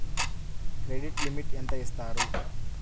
Credit limit ఎంత ఇస్తారు?